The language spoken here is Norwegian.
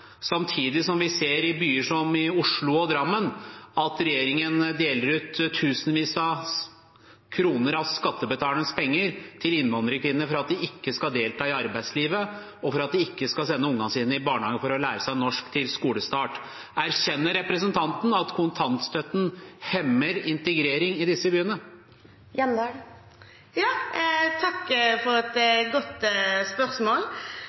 samtidig som vi i byer som Oslo og Drammen ser at regjeringen deler ut tusenvis av kroner av skattebetalernes penger til innvandrerkvinner for at de ikke skal delta i arbeidslivet, og for at de ikke skal sende ungene sine i barnehagen for å lære seg norsk til skolestart. Erkjenner representanten at kontantstøtten hemmer integrering i disse byene? Takk for et godt spørsmål.